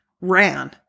ran